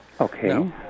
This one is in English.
Okay